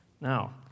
Now